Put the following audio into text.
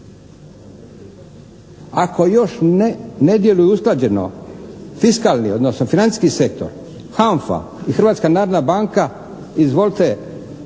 Ako još ne djeluje usklađenost, fiskalni, odnosno financijski sektor, HANFA i Hrvatska narodna banka, izvolite,